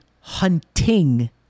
hunting